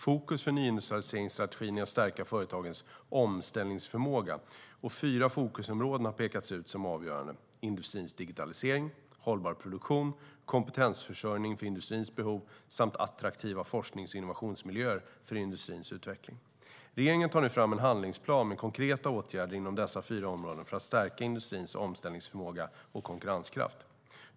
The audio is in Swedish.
Fokus för nyindustrialiseringsstrategin är att stärka företagens omställningsförmåga. Fyra fokusområden har pekats ut som avgörande: industrins digitalisering, hållbar produktion, kompetensförsörjning för industrins behov och attraktiva forsknings och innovationsmiljöer för industrins utveckling. Regeringen tar nu fram en handlingsplan med konkreta åtgärder inom dessa fyra områden för att stärka industrins omställningsförmåga och konkurrenskraft.